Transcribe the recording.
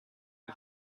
and